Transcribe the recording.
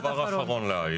אני רק מבקש דבר אחרון להעיר.